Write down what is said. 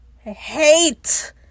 hate